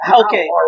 Okay